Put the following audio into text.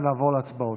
ונעבור להצבעות.